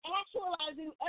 actualizing